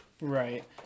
Right